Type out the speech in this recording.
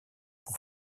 pour